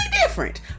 different